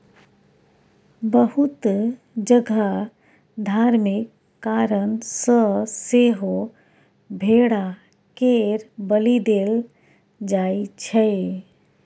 बहुत जगह धार्मिक कारण सँ सेहो भेड़ा केर बलि देल जाइ छै